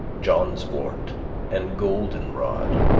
johnswort and goldenrod,